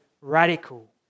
radical